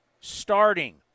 starting